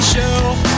Show